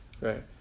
right